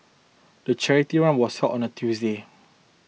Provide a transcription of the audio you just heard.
the charity run was held on a Tuesday